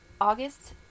August